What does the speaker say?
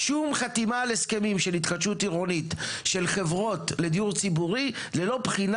שום חתימה על הסכמים של התחדשות עירונית של חברות לדיור ציבורי ללא בחינה